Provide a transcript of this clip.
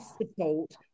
support